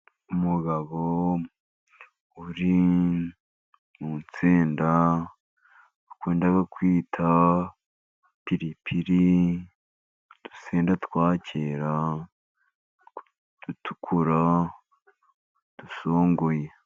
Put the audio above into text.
Umugabo uri mu nsenda bakunda kwita piripiri, udusenda twa kera dutukura dusungoye.